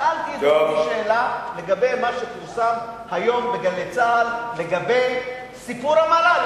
שאלתי את אדוני שאלה לגבי מה שפורסם היום ב"גלי צה"ל" לגבי סיפור המל"ל.